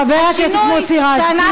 חבר הכנסת מוסי רז,